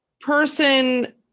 person